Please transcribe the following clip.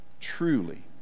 truly